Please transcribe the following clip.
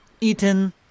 eaten